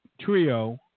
trio